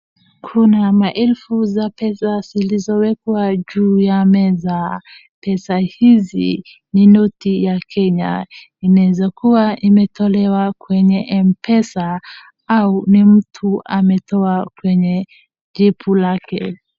Kuna maelfu za pesa zilizowekwa juu ya meza. Pesa hizi ni noti ya Kenya. inaweza kuwa imetolewa kwenye mpesa au ni mtu ametoa kwenye jipu lake.